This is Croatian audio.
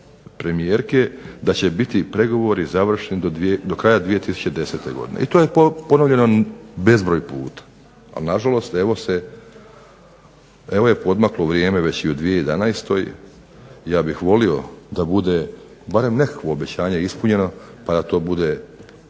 da će bit pregovori završeni do kraja 2010. godine. I to je ponovljeno bezbroj puta. A nažalost poodmaklo je vrijeme i u 2011. ja bih volio da bude nekakvo obećanje ispunjeno pa da to bude